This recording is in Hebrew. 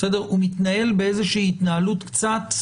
הוא מתנהל בהתנהלות קצת